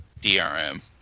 DRM